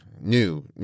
New